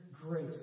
grace